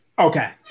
Okay